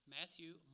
Matthew